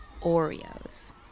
Oreos